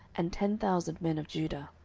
and ten thousand men of judah.